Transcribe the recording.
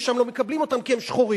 ושם לא מקבלים אותם כי הם שחורים,